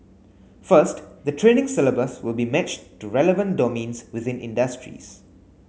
first the training syllabus will be matched to relevant domains within industries